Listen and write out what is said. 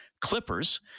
Clippers